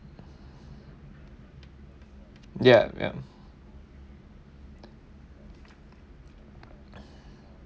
ya ya